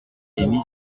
pillée